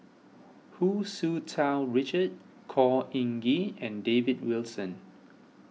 Hu Tsu Tau Richard Khor Ean Ghee and David Wilson